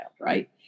right